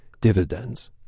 dividends